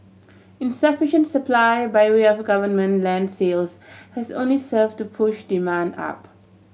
insufficient supply by way of government land sales has only served to push demand up